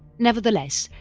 nevertheless,